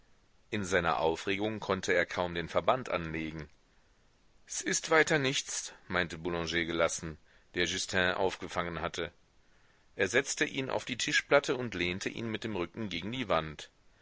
in seiner aufregung konnte er kaum den verband anlegen s ist weiter nichts meinte boulanger gelassen der justin aufgefangen hatte er setzte ihn auf die tischplatte und lehnte ihn mit dem rücken gegen die wand